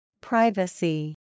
Privacy